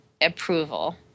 approval